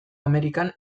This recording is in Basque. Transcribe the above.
amerikan